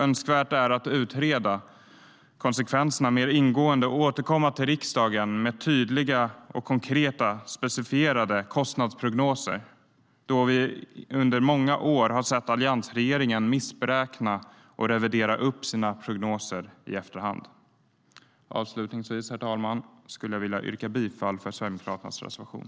Önskvärt är att utreda konsekvenserna mer ingående och återkomma till riksdagen med tydliga och konkreta specificerade kostnadsprognoser, då vi under många år har sett alliansregeringen felberäkna sina prognoser och revidera upp dem i efterhand. Avslutningsvis vill jag yrka bifall till Sverigedemokraternas reservation.